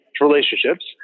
relationships